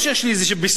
לא שיש לי איזה ביסוס.